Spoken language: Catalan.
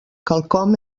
quelcom